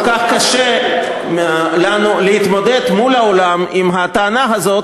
כל כך קשה לנו להתמודד מול העולם עם הטענה הזאת,